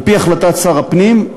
על-פי החלטת שר הפנים,